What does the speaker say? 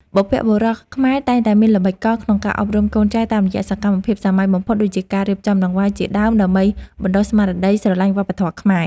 បុព្វបុរសខ្មែរតែងតែមានល្បិចកលក្នុងការអប់រំកូនចៅតាមរយៈសកម្មភាពសាមញ្ញបំផុតដូចជាការរៀបចំដង្វាយជាដើមដើម្បីបណ្ដុះស្មារតីស្រឡាញ់វប្បធម៌ខ្មែរ។